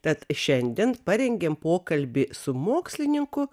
tad šiandien parengėm pokalbį su mokslininku